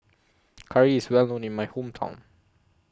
Curry IS Well known in My Hometown